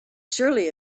surely